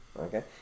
Okay